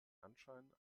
anschein